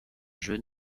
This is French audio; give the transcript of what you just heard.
jeu